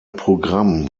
programm